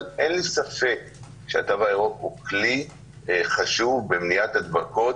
אין לי ספק שהתו הירוק הוא כלי חשוב במניעת הדבקות,